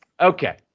Okay